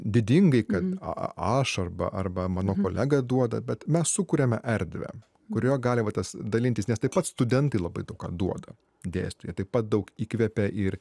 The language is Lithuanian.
didingai kad a aš arba arba mano kolega duoda bet mes sukuriame erdvę kurioj gali va tas dalintis nes taip pat studentai labai daug ką duoda dėstytojai taip pat daug įkvepia ir